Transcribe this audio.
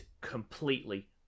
completely